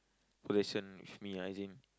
possession with me as in